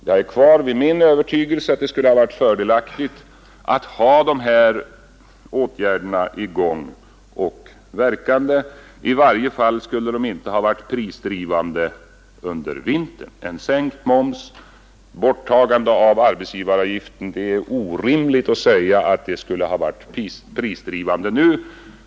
Jag står kvar vid min övertygelse att det skulle ha varit fördelaktigt om dessa åtgärder hade vidtagits; i varje fall skulle de inte ha varit prisdrivande under vintern, Det är orimligt att säga att en sänkning av momsen och ett borttagande av arbetsgivaravgiften skulle ha varit prisdrivande nu.